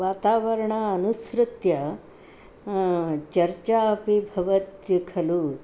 वातावरणम् अनुसृत्य चर्चा अपि भवति खलु